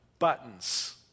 buttons